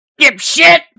dipshit